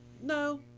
No